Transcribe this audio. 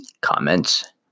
comments